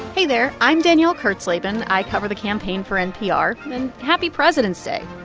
hey, there. i'm danielle kurtzleben. i cover the campaign for npr. and happy presidents day.